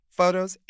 photos